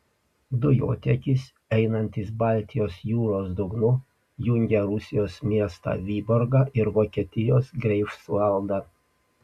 dujotiekis einantis baltijos jūros dugnu jungia rusijos miestą vyborgą ir vokietijos greifsvaldą